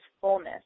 fullness